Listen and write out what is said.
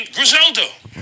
Griselda